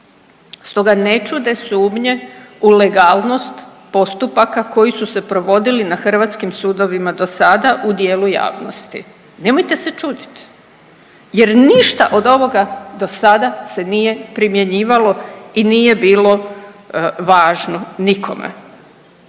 stoga ne čude sumnje u legalnost postupaka koji su se provodili na hrvatskim sudovima dosada u dijelu javnosti. Nemojte se čuditi jer ništa od ovoga dosada se nije primjenjivalo i nije bilo važno nikome.